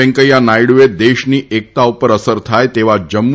વેંકૈયા નાયડુએ દેશની એકતા ઉપર અસર થાય તેવા જમ્મુ